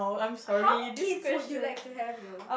how many kids would you like to have though